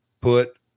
put